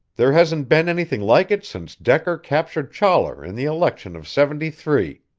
there hasn't been anything like it since decker captured chollar in the election of seventy-three.